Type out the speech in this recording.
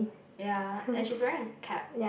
ya and she's wearing a cap